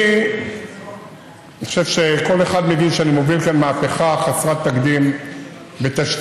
אני חושב שכל אחד מבין שאני מוביל כאן מהפכה חסרת תקדים בתשתיות,